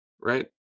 right